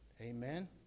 Amen